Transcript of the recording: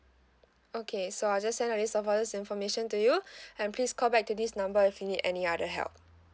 okay so I'll just send you a list of all these information to you and please call back to this number if you need any other help